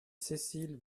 cécile